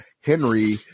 Henry